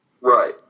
Right